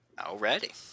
already